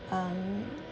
um